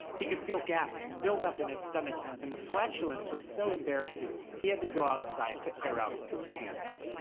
he could feel gas build up in his stomach and the flatulence was so embarrassing, he had to go outside to air out his pants.